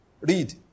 Read